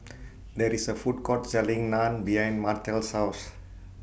There IS A Food Court Selling Naan behind Martell's House